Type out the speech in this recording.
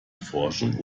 forschung